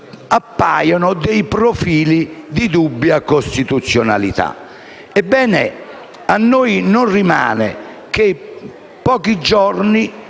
appaiono profili di dubbia costituzionalità. Ebbene, a noi non restano che pochi giorni